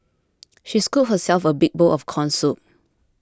she scooped herself a big bowl of Corn Soup